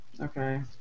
Okay